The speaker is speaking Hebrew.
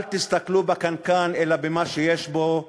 אל תסתכלו בקנקן אלא במה שיש בו.